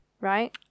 right